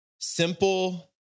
Simple